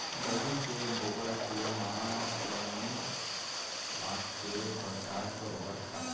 बलि के बोकरा के मांस ल मिल बांट के परसाद बरोबर खाथें